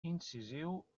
incisiu